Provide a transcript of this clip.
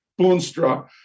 Boonstra